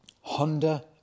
Honda